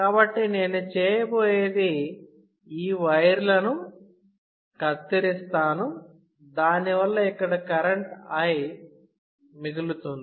కాబట్టి నేను చేయబోయేది ఈ వైర్లను కత్తిరిస్తాను దానివల్ల ఇక్కడ I మిగులుతుంది